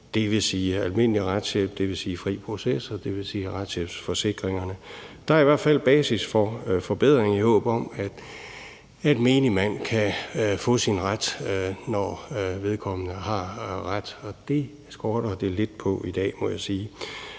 dvs. almindelig retshjælp, dvs. fri proces, og dvs. retshjælpsforsikringerne. Der er i hvert fald basis for forbedring, i håb om at menigmand kan få sin ret, når vedkommende har ret, og det skorte det lidt på i dag, må jeg sige.